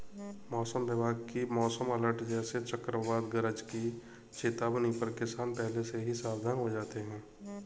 मौसम विभाग की मौसम अलर्ट जैसे चक्रवात गरज की चेतावनी पर किसान पहले से ही सावधान हो जाते हैं